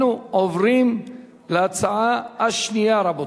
אנחנו עוברים להצעה השנייה, רבותי.